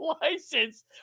license